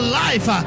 life